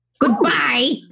Goodbye